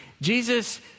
Jesus